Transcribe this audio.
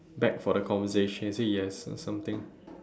back for the conversation he said yes or something